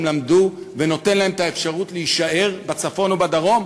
למדו ונותן להם את האפשרות להישאר בצפון או בדרום?